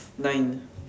nine